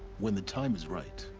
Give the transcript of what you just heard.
when the time is right.